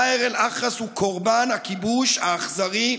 מאהר אל-אח'רס הוא קורבן הכיבוש האכזרי,